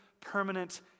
permanent